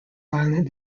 violent